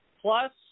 plus